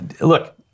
Look